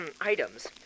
items